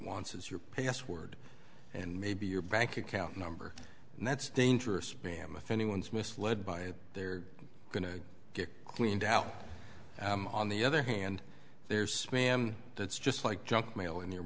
wants is your password and maybe your bank account number and that's dangerous spam if anyone's misled by it they're going to get cleaned out on the other hand there's spam that's just like junk mail in